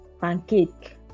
pancake